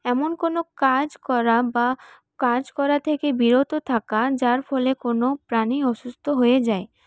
এমন কোন কাজ করা বা কাজ করা থেকে বিরত থাকা যার ফলে কোন প্রাণী অসুস্থ হয়ে যায়